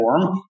form